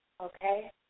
Okay